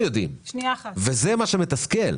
שנייה אחת -- זה מה שמתסכל.